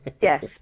Yes